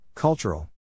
Cultural